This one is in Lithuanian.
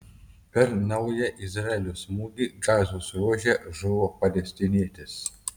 per naują izraelio smūgį gazos ruože žuvo palestinietis